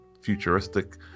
futuristic